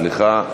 סליחה.